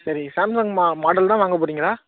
சரி சாம்சங் மா மாடல் தான் வாங்க போறீங்களா